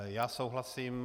Já souhlasím.